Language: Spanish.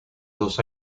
dos